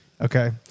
Okay